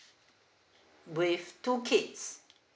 with two kids